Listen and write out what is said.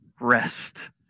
rest